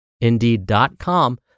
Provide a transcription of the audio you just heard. Indeed.com